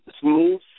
smooth